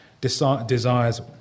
desires